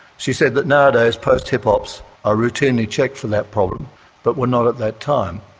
she said that nowadays post-hip-ops are routinely checked for that problem but were not at that time.